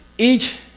each.